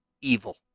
evil